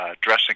dressing